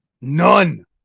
none